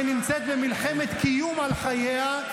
שנמצאת במלחמת קיום על חייה,